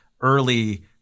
early